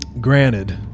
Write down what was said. granted